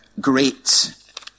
great